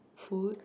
food